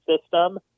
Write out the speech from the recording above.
system